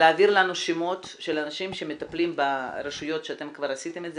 להעביר לנו שמות של אנשים שמטפלים ברשויות שאתם כבר עשיתם את זה,